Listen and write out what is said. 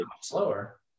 slower